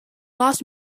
last